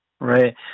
Right